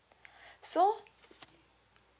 so